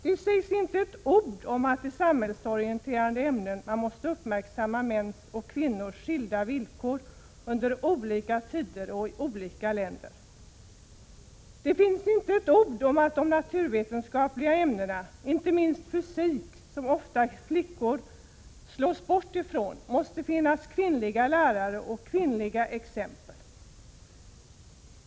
Det sägs inte ett ord om att man i samhällsorienterande ämnen måste uppmärksamma mäns och kvinnors skilda villkor under olika tider och i olika länder. Det finns inte ett ord om att de naturvetenskapliga ämnena, inte minst fysik som ofta flickor slås bort ifrån, måste ha kvinnliga lärare och kvinnliga exempel.